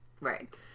Right